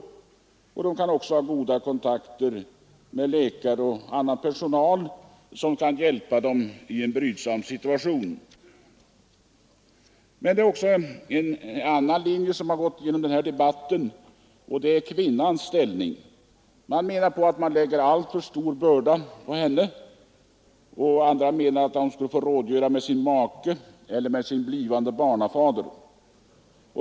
Det finns också människor som har goda kontakter med läkare och annan sjukvårdspersonal som kan hjälpa dem i en brydsam situation. En annan sak som gått genom denna debatt är kvinnans ställning. Det sägs att man genom denna lagstiftning lägger en alltför stor börda på kvinnan. Andra menar att hon borde få rådgöra med den blivande barnafadern.